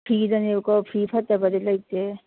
ꯐꯤꯗꯅꯦꯕꯀꯣ ꯐꯤ ꯐꯠꯇꯕꯗꯤ ꯂꯩꯇꯦ